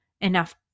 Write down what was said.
enough